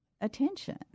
attention